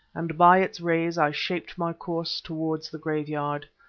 and by its rays i shaped my course towards the graveyard.